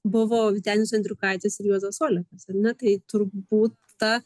buvo vytenis andriukaitis ir juozas olekas ar ne tai turbūt ta